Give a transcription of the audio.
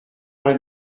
vingt